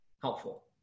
helpful